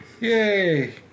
Yay